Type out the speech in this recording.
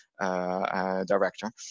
director